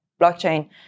blockchain